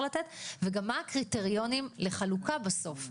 לתת וגם מה הקריטריונים לחלוקה בסוף?